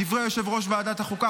דברי יושב-ראש ועדת החוקה,